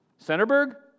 Centerburg